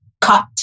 cut